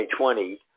2020